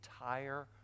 entire